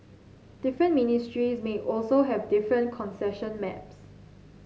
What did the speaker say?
different ministries may also have different concession maps